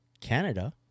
Canada